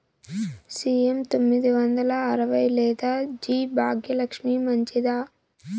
CM తొమ్మిది వందల అరవై లేదా జి భాగ్యలక్ష్మి మంచిదా?